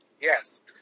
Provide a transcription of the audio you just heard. Yes